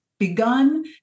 begun